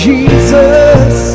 Jesus